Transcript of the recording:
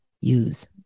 use